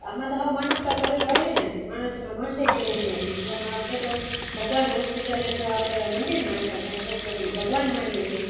આમાં તો સાવ માનવતા પરવારી ને માણસમાં માણસાઈ જેવું ન રહ્યું તો આમાં આપણે તો ભગવાન હોસ્પીટલને તો આપણે મંદિર માનતા હતા ડોક્ટરોને ભગવાન માનીએ છીએ